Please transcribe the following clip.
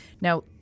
Now